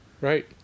Right